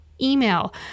email